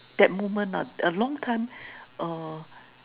that moment uh a long time err